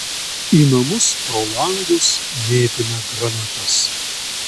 į namus pro langus mėtėme granatas